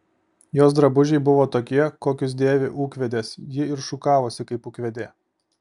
jos drabužiai buvo tokie kokius dėvi ūkvedės ji ir šukavosi kaip ūkvedė